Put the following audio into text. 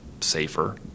safer